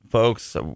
Folks